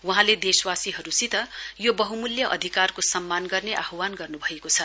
वहाँले देशवासीहरूसित यो बहुमूल्य अधिकारको सम्मान गर्ने आह्वान गर्नुभएको छ